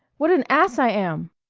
what an ass i am!